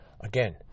again